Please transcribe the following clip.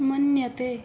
मन्यते